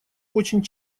очень